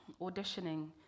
auditioning